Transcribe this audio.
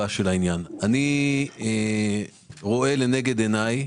אני רואה לנגד עיני,